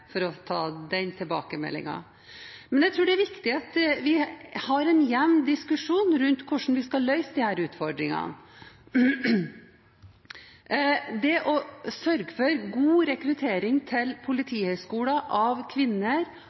for å ta den tilbakemeldingen. Men jeg tror det er viktig at vi har en jevn diskusjon rundt hvordan vi skal løse disse utfordringene. Det å sørge for god rekruttering til Politihøgskolen av kvinner,